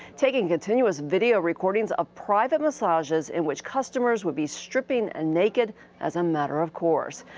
taking continuous video recordings of private massages in which customers would be stripping ah naked as a matter of course.